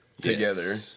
together